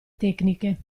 tecniche